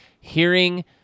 hearing